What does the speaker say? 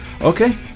okay